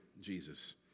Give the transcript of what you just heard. Jesus